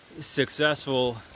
successful